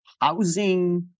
housing